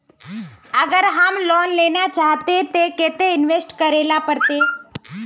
अगर हम लोन लेना चाहते तो केते इंवेस्ट करेला पड़ते?